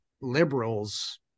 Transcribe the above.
liberals